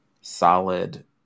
Solid